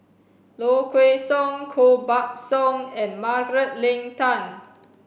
Low Kway Song Koh Buck Song and Margaret Leng Tan